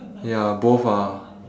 ya both are